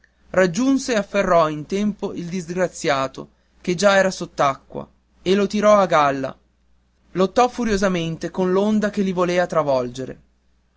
raggiunse e afferrò in tempo il disgraziato che già era sott'acqua e lo tirò a galla lottò furiosamente con l'onda che li volea travolgere